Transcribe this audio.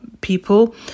people